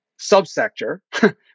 subsector